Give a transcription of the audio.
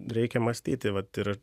reikia mąstyti vat ir